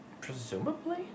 Presumably